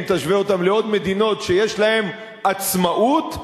אם תשווה אותם לעוד מדינות שיש להם עצמאות בהן,